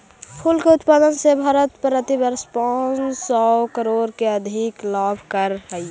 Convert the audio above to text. फूल के उत्पादन से भारत प्रतिवर्ष पाँच सौ करोड़ से अधिक लाभ करअ हई